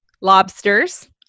lobsters